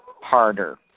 harder